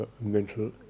mental